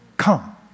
come